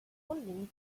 wondering